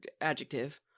adjective